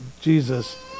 Jesus